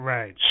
Right